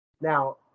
Now